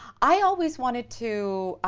i always wanted to